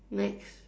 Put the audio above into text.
next